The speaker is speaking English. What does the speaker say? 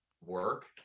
work